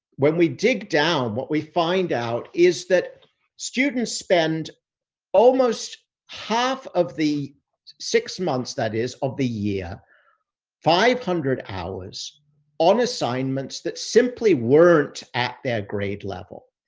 when we dig down, what we find out is that students spend almost half of the six months that is of the year five hundred hours on assignments that simply weren't at their grade level.